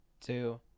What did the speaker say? two